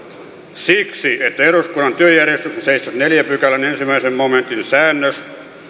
siksi että eduskunnan työjärjestyksen seitsemännenkymmenennenneljännen pykälän ensimmäisen momentin säännöksen